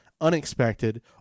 Unexpected